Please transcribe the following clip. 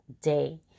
day